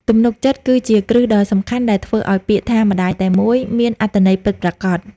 ទំនុកចិត្តគឺជាគ្រឹះដ៏សំខាន់ដែលធ្វើឱ្យពាក្យថា «ម្ដាយតែមួយ» មានអត្ថន័យពិតប្រាកដ។